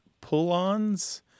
pull-ons